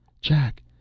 Jack